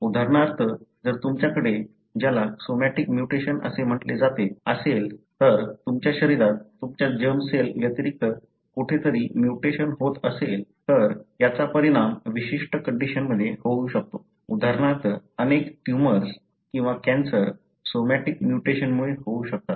उदाहरणार्थ जर तुमच्याकडे ज्याला सोमॅटिक म्युटेशन असे म्हटले जाते असेल तुमच्या शरीरात तुमच्या जर्म सेल व्यतिरिक्त कुठेतरी म्युटेशन होत असेल तर याचा परिणाम विशिष्ट कंडिशनमध्ये होऊ शकतो उदाहरणार्थ अनेक ट्यूमर्स किंवा कॅन्सर सोमॅटिक म्युटेशनमुळे होऊ शकतात